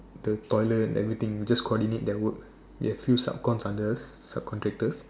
the toilet everything just coordinate their work we have a few sub cons under sub contractors